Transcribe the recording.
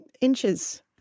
inches